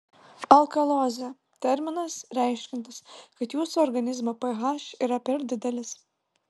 alkalozė terminas reiškiantis kad jūsų organizmo ph yra per didelis